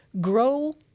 grow